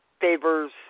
favors